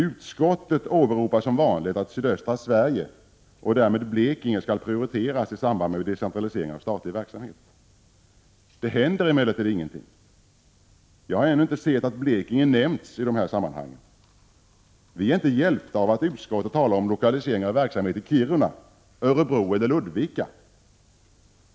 Utskottet åberopar som vanligt att sydöstra Sverige, och därmed Blekinge, skall prioriteras i samband med decentralisering av statlig verksamhet. Det händer emellertid ingenting. Jag har ännu inte sett att Blekinge nämnts i de här sammanhangen. Viär inte hjälpta av att utskottet talar om lokalisering av verksamhet i Kiruna, Örebro eller Ludvika.